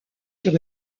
sur